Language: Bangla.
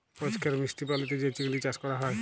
পরিষ্কার মিষ্টি পালিতে যে চিংড়ি চাস ক্যরা হ্যয়